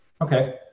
Okay